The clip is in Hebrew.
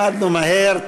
הנה, למדנו מהר.